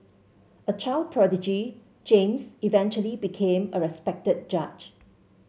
a child prodigy James eventually became a respected judge